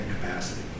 capacity